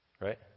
right